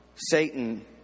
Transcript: Satan